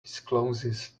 discloses